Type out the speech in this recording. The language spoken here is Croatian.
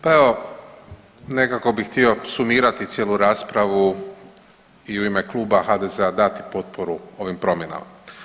Pa evo nekako bih htio sumirati cijelu raspravu i u ime kluba HDZ-a dati potporu ovim promjenama.